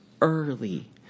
early